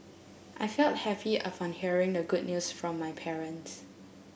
I felt happy upon hearing the good news from my parents